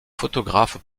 photographe